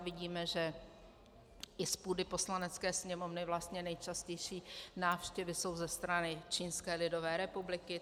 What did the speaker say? Vidíme, že i z půdy Poslanecké sněmovny vlastně nejčastější návštěvy jsou ze strany Čínské lidové republiky.